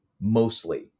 mostly